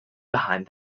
behind